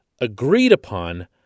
agreed-upon